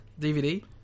DVD